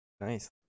nice